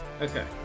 okay